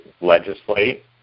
legislate